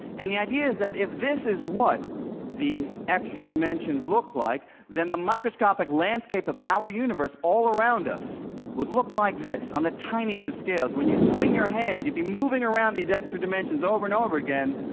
and the idea is that if this is what the extra dimensions look like, then the microscopic landscape of our universe all around us would look like this on the tiniest of scales. when you swing your hand, you'd be moving around these extra dimensions over and over again,